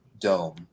dome